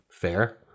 Fair